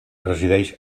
resideix